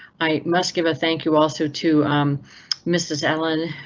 i must give a thank you also to mrs allen,